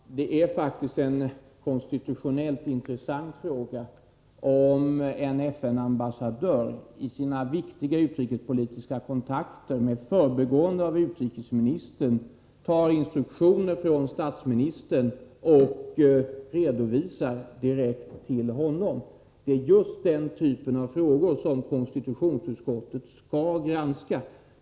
Fru talman! Det är faktiskt en konstitutionellt inttessant fråga, om en FN-ambassadör i sina viktiga utrikespolitiska kontakter med förbigående av utrikesministern tar instruktioner från statsministern och redovisar direkt till honom. Det är just den typen av frågor som konstitutionsutskottet skall granska.